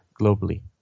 globally